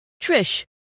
Trish